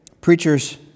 preachers